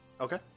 Okay